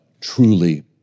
truly